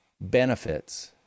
benefits